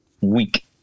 week